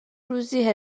روزی